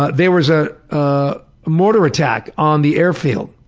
but there was a ah mortar attack on the airfield,